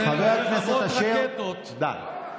חבר הכנסת אשר, די.